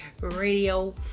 Radio